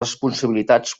responsabilitats